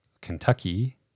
Kentucky